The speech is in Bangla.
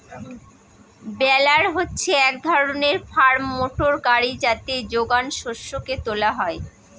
বেলার হচ্ছে এক ধরনের ফার্ম মোটর গাড়ি যাতে যোগান শস্যকে তোলা হয়